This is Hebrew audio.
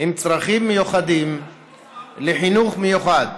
עם צרכים מיוחדים לחינוך מיוחד.